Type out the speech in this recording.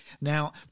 Now